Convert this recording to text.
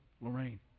Lorraine